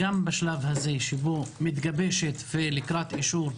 גם בשלב הזה שבו התוכנית מתגבשת ולקראת אישור,